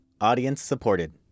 audience-supported